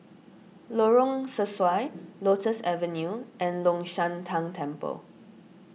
Lorong Sesuai Lotus Avenue and Long Shan Tang Temple